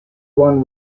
one